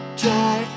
try